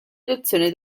adozione